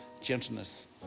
gentleness